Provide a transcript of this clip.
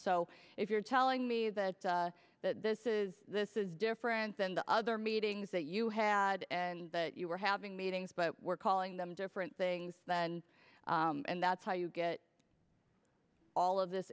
so if you're telling me that this is this is different than the other meetings that you had and that you were having meetings but we're calling them different things then and that's how you get all of this